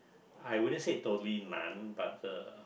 I wouldn't say totally none but the